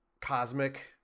cosmic